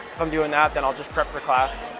i'm doing that, then i'll just prep for class.